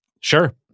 Sure